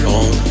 on